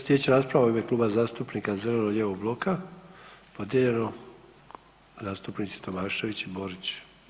Slijedeća rasprava u ime Kluba zastupnika zeleno-lijevog bloka, podijeljeno zastupnici Tomašević i Borić.